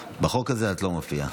בחוק הזה את לא מופיעה.